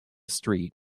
street